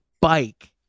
bike